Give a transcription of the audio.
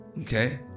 Okay